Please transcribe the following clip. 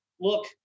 look